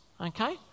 okay